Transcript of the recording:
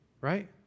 right